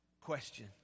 Question